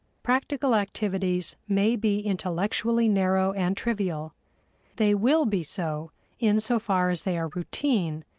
practical activities may be intellectually narrow and trivial they will be so in so far as they are routine,